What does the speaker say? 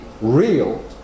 real